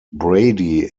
brady